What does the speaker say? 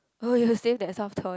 oh you'll save that soft toy